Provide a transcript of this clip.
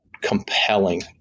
compelling